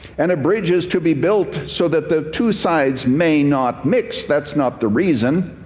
and a bridge is to be built, so that the two sides may not mix. that's not the reason.